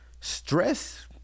stress